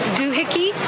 doohickey